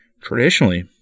traditionally